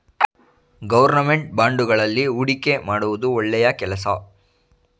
government ಬಾಂಡುಗಳಲ್ಲಿ ಹೂಡಿಕೆ ಮಾಡುವುದು ಒಳ್ಳೆಯ ಕೆಲಸ